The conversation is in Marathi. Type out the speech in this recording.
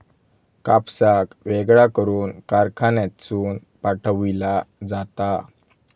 कापसाक वेगळा करून कारखान्यातसून पाठविला जाता